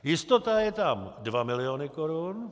Jistota je tam 2 miliony korun.